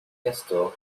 castor